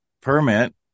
permit